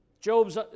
Job's